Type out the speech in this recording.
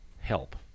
help